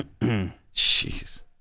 Jeez